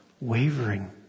wavering